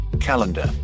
calendar